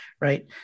Right